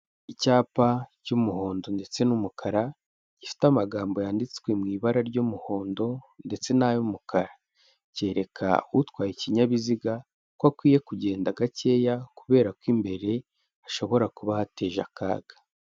Icyapa cy'umuhondo ndetse n'umukara, gifite amagambo yanditswe mu ibara ry'umuhondo ndetse n'ay'umukara, cyereka utwaye ikinyabiziga ko akwiye kugenda gakeya kubera ko imbere hashobora kuba hateje akaga.